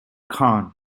khan